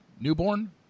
newborn